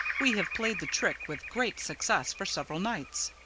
we have played the trick with great success for several nights.